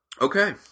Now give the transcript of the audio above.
Okay